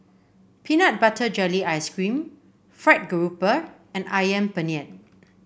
Peanut Butter Jelly Ice cream fried grouper and ayam Penyet